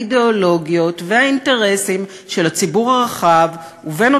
האידיאולוגיות והאינטרסים של הציבור הרחב ובין